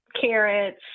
carrots